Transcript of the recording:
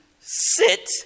sit